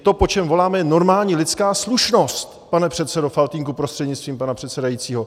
To, po čem my voláme, je normální lidská slušnost, pane předsedo Faltýnku prostřednictvím pana předsedajícího.